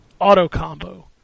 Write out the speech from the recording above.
auto-combo